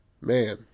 Man